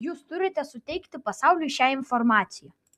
jūs turite suteikti pasauliui šią informaciją